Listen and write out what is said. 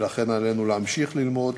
ולכן עלינו להמשיך ללמוד,